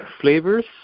flavors